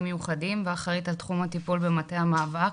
מיוחדים ואחראית על תחום בטיפול במטה המאבק,